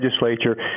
Legislature